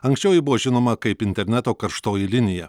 anksčiau ji buvo žinoma kaip interneto karštoji linija